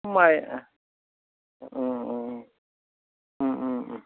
माइ अ अ